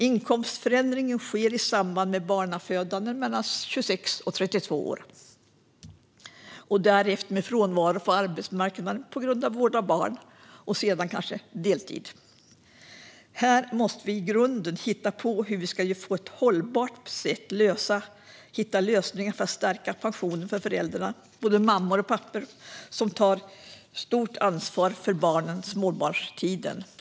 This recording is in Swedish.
Inkomstförändringen sker i samband med barnafödande mellan 26 och 32 år och därefter genom frånvaro på arbetsmarknaden på grund av vård barn och sedan kanske deltid. Här måste vi från grunden titta på hur vi på ett hållbart sätt kan hitta lösningar för att stärka pensionen för föräldrar, både mammor och pappor, som tar ett stort ansvar för barnen under småbarnstiden.